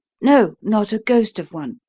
no, not a ghost of one.